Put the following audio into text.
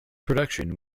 production